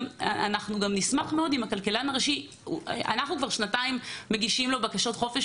אנחנו כבר שנתיים מגישים לכלכלן הראשי בקשות חופש